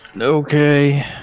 okay